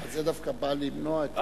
זה דווקא בא למנוע את זה.